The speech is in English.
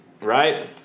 right